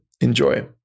Enjoy